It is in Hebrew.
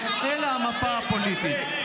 אלה המפה הפוליטית.